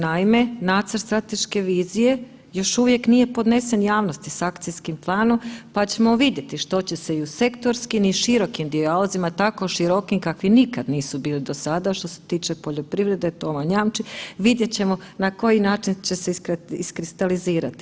Naime, nacrt strateške vizije još uvijek nije podnesen javnosti s akcijskim planom, pa ćemo vidjeti što će se i u sektorskim i širokim dijalozima, tako širokim kakvi nikad nisu bili do sada što se tiče poljoprivrede, to vam jamčim, vidjet ćemo na koji način će se iskristalizirati.